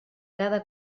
cada